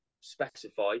specify